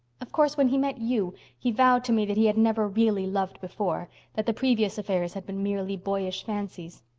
of course, when he met you he vowed to me that he had never really loved before that the previous affairs had been merely boyish fancies.